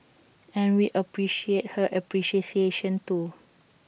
and we appreciate her appreciation too